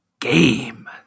Game